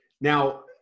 Now